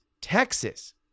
Texas